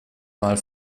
mal